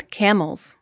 camels